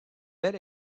bel